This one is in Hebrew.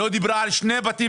היא לא דיברה על שני בתים